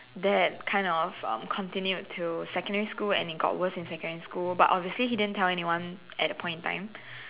that kind of um continued to secondary school and it got worse in secondary school but obviously he did not tell anyone at that point in time